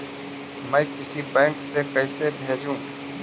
मैं किसी बैंक से कैसे भेजेऊ